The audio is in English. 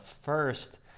first